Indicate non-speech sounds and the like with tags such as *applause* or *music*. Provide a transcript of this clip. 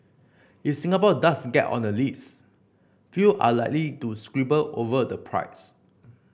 if Singapore does get on the list few are likely to *unintelligible* quibble over the price